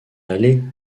aller